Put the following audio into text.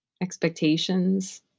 Expectations